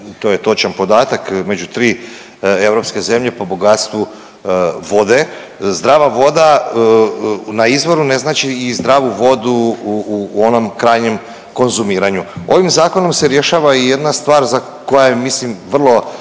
to je točan podatak među tri europske zemlje po bogatstvu vode. Zdrava voda na izvoru ne znači i zdravu vodu u onom krajnjem konzumiranju. Ovim zakonom se rješava i jedna stvar koja je mislim vrlo